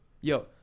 Yo